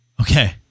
Okay